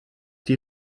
die